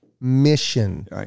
mission